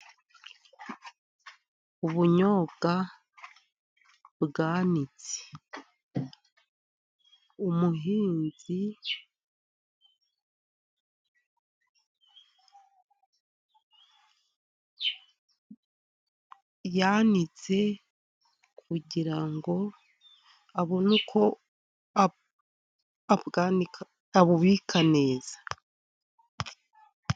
Ubunyobwa bwanitse, umuhinzi yanitse kugira ngo abone uko abubika neza.